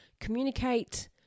Communicate